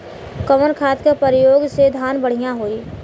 कवन खाद के पयोग से धान बढ़िया होई?